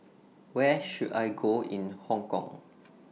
Where should I Go in Hong Kong